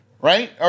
right